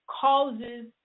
causes